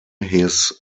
his